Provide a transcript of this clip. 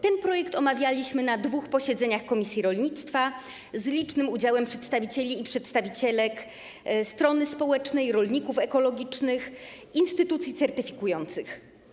Ten projekt omawialiśmy na dwóch posiedzeniach komisji rolnictwa z licznym udziałem przedstawicieli i przedstawicielek strony społecznej, rolników ekologicznych, instytucji certyfikujących.